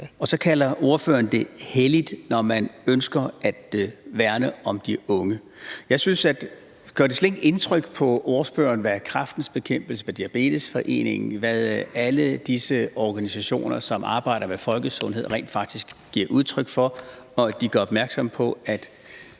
Og så kalder ordføreren det helligt, når man ønsker at værne om de unge. Gør det slet ikke indtryk på ordføreren, hvad Kræftens Bekæmpelse, hvad Diabetesforeningen, hvad alle disse organisationer, som arbejder med folkesundhed, rent faktisk giver udtryk for, og at de gør opmærksom på, at